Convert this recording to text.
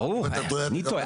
ברור, אני טועה.